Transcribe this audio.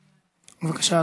בבקשה,